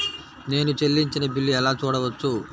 నేను చెల్లించిన బిల్లు ఎలా చూడవచ్చు?